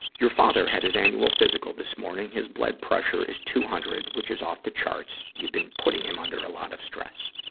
you're father had his annual physical this morning. his blood pressure is two hundred, which is off the charts. you've been putting him under a lot of stress.